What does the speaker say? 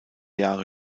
jahre